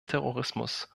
terrorismus